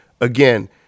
Again